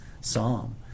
psalm